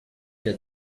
que